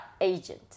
agent